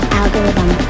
algorithm